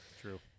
True